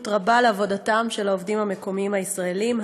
רבה לעבודתם של העובדים המקומיים הישראליים,